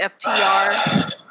FTR